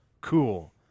cool